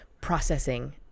processing